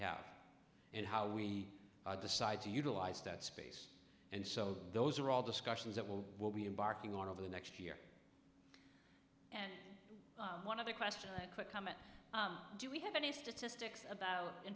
have and how we decide to utilize that space and so those are all discussions that will will be embarking on over the next year and one of the questions that quick comment do we have any statistics about in